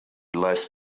less